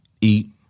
Eat